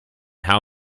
how